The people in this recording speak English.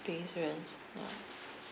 experience ya